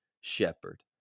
shepherd